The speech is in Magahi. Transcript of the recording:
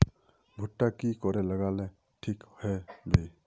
भुट्टा की करे लगा ले ठिक है बय?